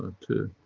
to